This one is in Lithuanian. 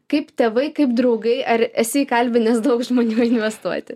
kaip tėvai kaip draugai ar esi įkalbinęs daug žmonių investuoti